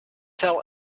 tell